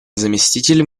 заместитель